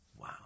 Wow